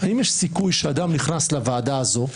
האם יש סיכוי שאדם נכנס לוועדה הזאת,